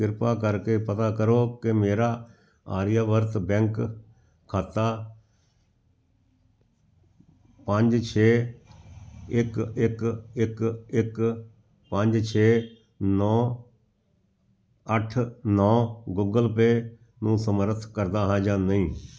ਕਿਰਪਾ ਕਰਕੇ ਪਤਾ ਕਰੋ ਕਿ ਮੇਰਾ ਆਰਿਆਵਰਤ ਬੈਂਕ ਖਾਤਾ ਪੰਜ ਛੇ ਇੱਕ ਇੱਕ ਇੱਕ ਇੱਕ ਪੰਜ ਛੇ ਨੌ ਅੱਠ ਨੌ ਗੁਗਲ ਪੇ ਨੂੰ ਸਮਰਥ ਕਰਦਾ ਹੈ ਜਾਂ ਨਹੀਂ